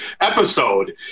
episode